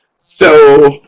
so,